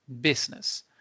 business